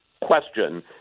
question